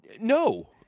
No